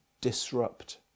disrupt